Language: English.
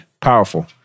Powerful